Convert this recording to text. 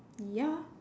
ya